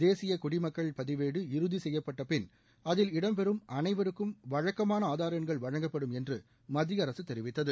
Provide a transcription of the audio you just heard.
தேசிய குடிமக்கள் பதிவேடு இறுதி செய்யப்பட்ட பின் அதில் இடம்பெரும் அனைவருக்கும் வழக்கமான ஆதார் எண்கள் வழங்கப்படும் என்று மத்திய அரசு தெரிவித்தது